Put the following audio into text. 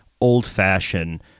old-fashioned